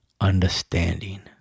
understanding